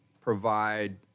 provide